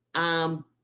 um,